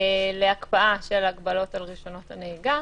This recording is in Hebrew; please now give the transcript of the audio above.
להקפאה של הגבלות על רישיונות הנהיגה.